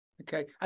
Okay